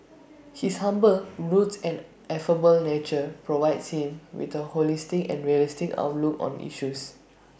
his humble roots and affable nature provides him with A holistic and realistic outlook on issues